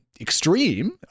extreme